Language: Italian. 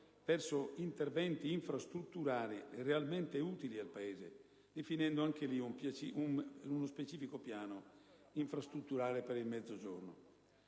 verso interventi infrastrutturali realmente utili al Paese e definendo uno specifico piano infrastrutturale per il Mezzogiorno.